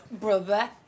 Brother